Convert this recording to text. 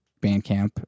Bandcamp